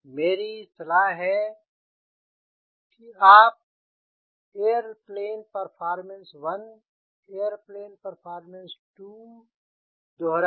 मेरी सलाह है कि आप एयरप्लेन परफॉर्मेंस 1 एयरप्लेन परफॉर्मेंस 2 दोहरा ले